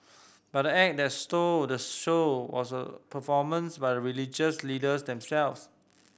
but act that stole the show was a performance by the religious leaders themselves